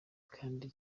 kandi